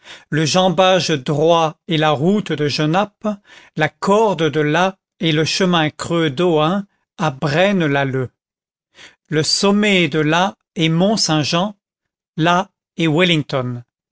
le jambage droit est la route de genappe la corde de l'a est le chemin creux d'ohain à braine lalleud le sommet de l'a est mont-saint-jean là est wellington